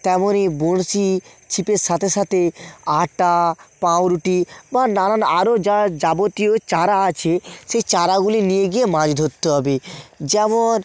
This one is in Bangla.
তেমনই বঁড়শি ছিপের সাথে সাথে আটা পাঁউরুটি বা নানান আরও যা যাবতীয় চার আছে সেই চারগুলি নিয়ে গিয়ে মাছ ধরতে হবে যেমন